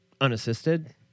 unassisted